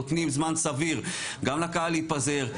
נותנים זמן סביר גם לקהל להתפזר,